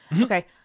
Okay